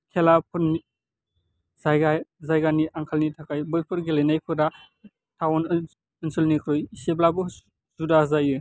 खेलाफोरनि जायगानि आंखालनि थाखाय बैफोर गेलेनायफोरा टाउन ओनसोलनिख्रुइ एसेब्लाबो जुदा जायो